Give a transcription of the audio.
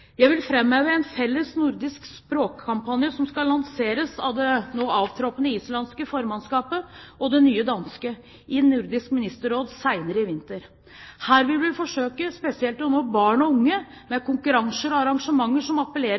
Jeg vil framheve en felles nordisk språkkampanje som skal lanseres av det nå avtroppede islandske formannskapet og det nye danske i Nordisk Ministerråd senere i vinter. Her vil vi forsøke spesielt å nå barn og unge med konkurranser og arrangementer som appellerer